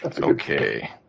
Okay